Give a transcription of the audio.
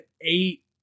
eight